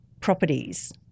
properties